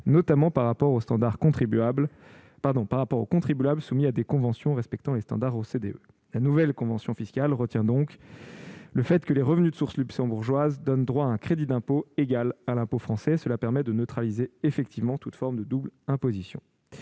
notamment par rapport aux contribuables soumis à des conventions respectant les standards de l'OCDE. La nouvelle convention fiscale prévoit donc que les revenus de source luxembourgeoise donnent droit à un crédit d'impôt égal à l'impôt français. Cela permet de neutraliser effectivement toute forme de double imposition.